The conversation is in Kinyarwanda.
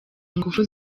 ingufu